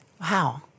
Wow